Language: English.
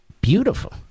beautiful